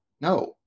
No